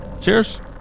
Cheers